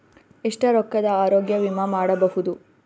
ಎಷ್ಟ ರೊಕ್ಕದ ಆರೋಗ್ಯ ವಿಮಾ ಮಾಡಬಹುದು?